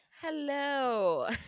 Hello